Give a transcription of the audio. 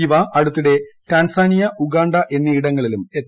ഇവ അടുത്തിടെ Tanzania Uganda എന്നീ ഇടങ്ങളിലും എത്തി